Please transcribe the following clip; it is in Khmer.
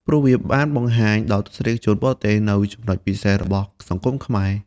ព្រោះវាបានបង្ហាញដល់ទស្សនិកជនបរទេសនូវចំណុចពិសេសរបស់សង្គមខ្មែរ។